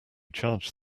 charge